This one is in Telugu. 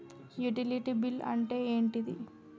యుటిలిటీ బిల్ అంటే ఏంటిది?